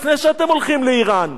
לפני שאתם הולכים לאירן,